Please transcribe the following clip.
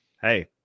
hey